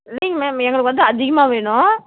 இல்லைங்க மேம் எங்களுக்கு வந்து அதிகமாக வேணும்